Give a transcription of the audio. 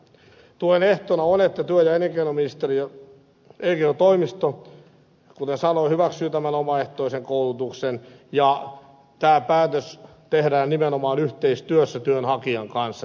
tuen ehtona on että työ ja elinkeinotoimisto kuten sanoin hyväksyy tämän omaehtoisen koulutuksen ja tämä päätös tehdään nimenomaan yhteistyössä työnhakijan kanssa